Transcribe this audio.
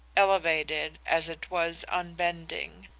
elevated as it was unbending.